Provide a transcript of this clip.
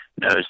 knows